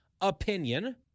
opinion